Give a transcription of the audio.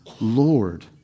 Lord